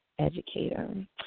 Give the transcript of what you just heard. Educator